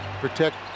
protect